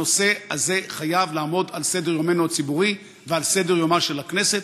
הנושא הזה חייב לעמוד על סדר-יומנו הציבורי ועל סדר-יומה של הכנסת.